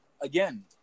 again